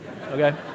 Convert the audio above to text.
Okay